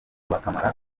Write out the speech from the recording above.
bakamara